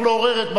צריך לעורר דברים,